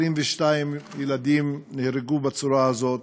22 ילדים נהרגו בצורה הזאת,